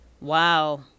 Wow